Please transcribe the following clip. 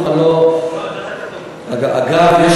אגב,